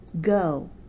go